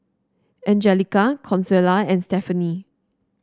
Angelica Consuela and Stephanie